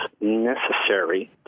necessary